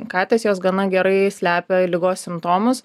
katės jos gana gerai slepia ligos simptomus